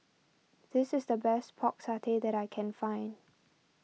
this is the best Pork Satay that I can find